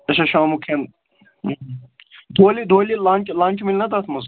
اَچھا شامُک کھٮ۪ن دۄہلی دۄہلی لنٛچ لنٛچ مِلہِ نا تَتھ منٛز